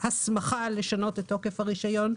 ההסמכה לשנות את תוקף הרישיון.